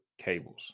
cables